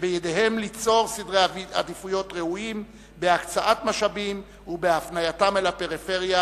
שבידיהם ליצור סדרי עדיפויות ראויים בהקצאת משאבים ובהפנייתם לפריפריה,